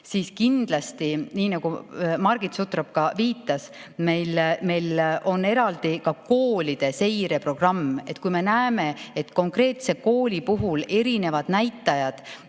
Kindlasti, nii nagu Margit Sutrop ka viitas, meil on eraldi koolide seireprogramm. Kui me näeme, et konkreetse kooli puhul erinevad näitajad